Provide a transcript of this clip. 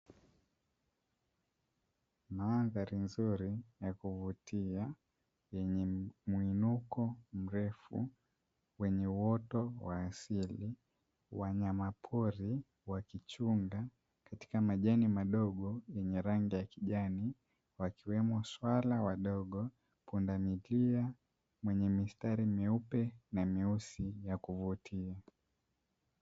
Mandhari nzuri ya kuvutia, yenye muinuko mrefu wenye uoto wa asili. Wanyamapori wakichunga katika majani madogo yenye rangi ya kijani, wakiwemo swala wadogo, pundamilia mwenye mistari meupe na meusi ya kuvutia.